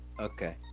okay